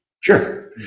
Sure